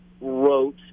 wrote